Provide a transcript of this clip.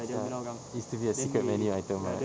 ya used to be a secret menu item right